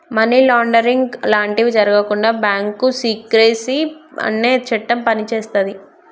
money laundering లాంటివి జరగకుండా bank secrecy అనే చట్టం పనిచేస్తది